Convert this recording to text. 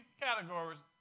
categories